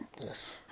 Yes